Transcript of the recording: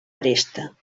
aresta